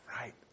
right